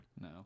No